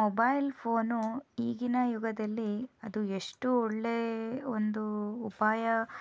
mobile phone ಈಗಿನ ಯುಗದಲ್ಲಿ ಅದು ಎಷ್ಟು ಒಳ್ಳೆಯ ಒಂದು ಉಪಾಯ